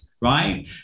right